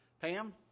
Pam